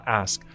ask